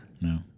No